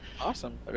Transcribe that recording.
Awesome